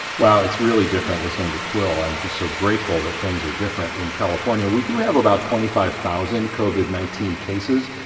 wow, it's really different listening to quil. i'm just so grateful that things are different in california. we do have about twenty five thousand covid nineteen cases.